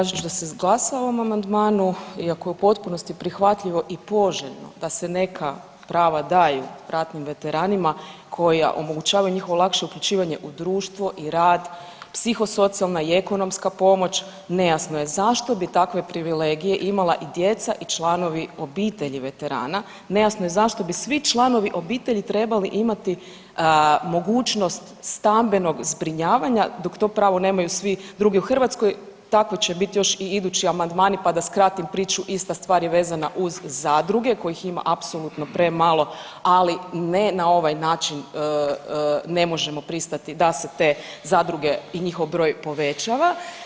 Tražit ću da se glasa o ovom amandmanu iako je u potpunosti prihvatljivo i poželjno da se neka prava daju ratnim veteranima koja omogućavaju njihova lakše upućivanje u društvo i rad, psihosocijalna i ekonomska pomoć, nejasno je zašto bi takve privilegije imala i djeca i članovi obitelji veterana, nejasno je zašto bi svi članovi obitelji trebali imati mogućnost stambenog zbrinjavanja, dok to pravo nemaju svi drugi u Hrvatskoj, tako će biti još i idući amandmani pa da skratim priču, ista stvar je vezana uz zadruge kojih ima apsolutno premalo, ali ne na ovaj način, ne možemo pristati da se te zadruge i njihov broj povećava.